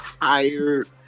tired